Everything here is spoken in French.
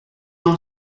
dans